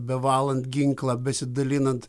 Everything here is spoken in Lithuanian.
bevalant ginklą besidalinant